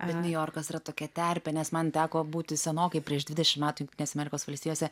bet niujorkas yra tokia terpė nes man teko būti senokai prieš dvidešim metų jungtinėse amerikos valstijose